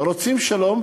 רוצים שלום,